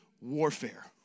warfare